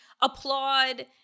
applaud